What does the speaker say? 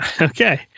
Okay